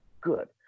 Good